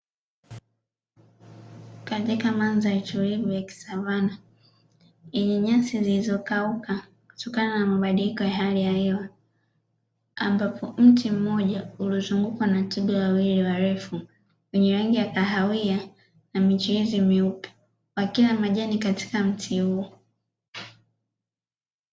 Katika madhari tulivu ya kisavana yenye nyasi zilizokauka kutokana na mabadiliko ya hali ya hewa, ambapo mti mmoja uliozungukwa na twiga wawili warefu wenye rangi ya kahawia na michirizi mnyweupe wakila majani katika mti huu.